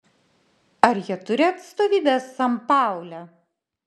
ar jie turi atstovybę sanpaule